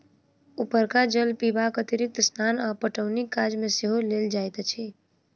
उपरका जल पीबाक अतिरिक्त स्नान आ पटौनीक काज मे सेहो लेल जाइत अछि